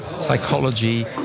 psychology